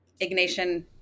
Ignatian